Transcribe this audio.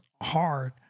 hard